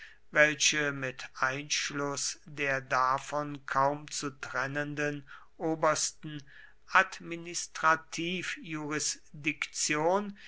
welche mit einschluß der davon kaum zu trennenden obersten administrativjurisdiktion